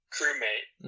crewmate